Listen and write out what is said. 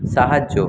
সাহায্য